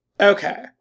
Okay